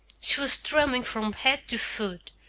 she was trembling from head to foot.